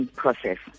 process